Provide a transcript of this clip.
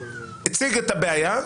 הציג את הבעיה,